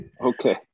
Okay